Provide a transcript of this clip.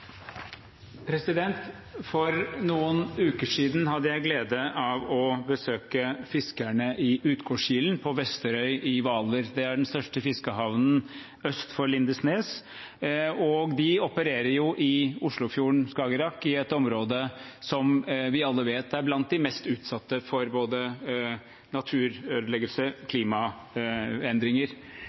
For noen uker siden hadde jeg gleden av å besøke fiskerne i Utgårdskilen på Vesterøy i Hvaler. Det er den største fiskehavnen øst for Lindesnes. De opererer i Oslofjorden/Skagerrak, i et område vi alle vet er blant de mest utsatte for både naturødeleggelser og klimaendringer.